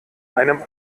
einem